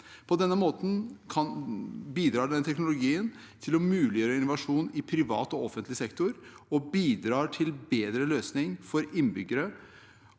På den måten bidrar denne teknologien til å muliggjøre innovasjon i privat og offentlig sektor og bidrar til bedre løsning for innbyggere